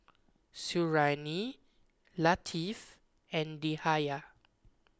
Suriani Latif and Dhia